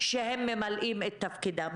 שהם ממלאים את תפקידם.